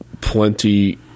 plenty